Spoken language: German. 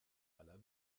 aller